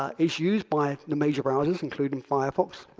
ah it's used by the major browsers including firefox,